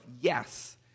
yes